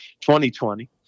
2020